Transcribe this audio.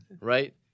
right